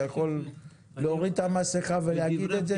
אתה יכול להוריד את המסכה ולהגיד את זה?